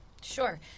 Sure